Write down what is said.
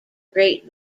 great